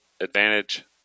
advantage